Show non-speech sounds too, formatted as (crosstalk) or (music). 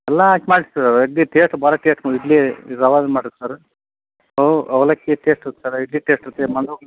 ಎಲ್ಲ ಹಾಕ್ ಮಾಡಿದ್ದು ಸರ್ ಇಡ್ಲಿ ಟೇಸ್ಟ್ ಭಾಳ ಟೇಸ್ಟ್ ಇಡ್ಲಿ ರವಾದಲ್ಲಿ ಮಾಡಿದ್ದು ಸರ್ ಅವಲಕ್ಕಿ ಟೇಸ್ಟು ಸರ ಇಡ್ಲಿ ಟೇಸ್ಟ್ ಇರುತ್ತೆ (unintelligible)